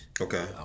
okay